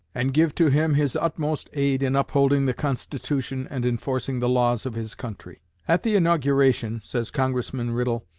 and give to him his utmost aid in upholding the constitution and enforcing the laws of his country. at the inauguration, says congressman riddle,